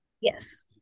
Yes